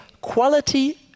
quality